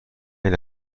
این